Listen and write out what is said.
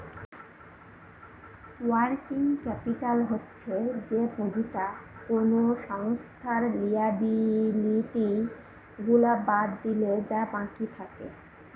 working capital হচ্ছে যে পুঁজিটা কোনো সংস্থার লিয়াবিলিটি গুলা বাদ দিলে যা বাকি থাকে